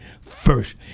first